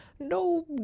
no